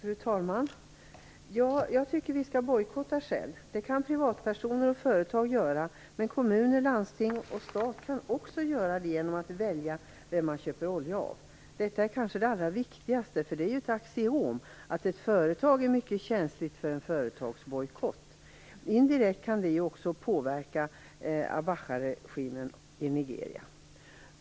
Fru talman! Jag tycker att vi skall bojkotta Shell. Det kan privatpersoner och företag göra, men kommuner, landsting och stat kan också göra det genom att man väljer vem man köper olja av. Detta är kanske det allra viktigaste. Det är ju ett axiom att ett företag är mycket känsligt för en företagsbojkott. Indirekt kan det ju också påverka Abacharegimen i Nigeria.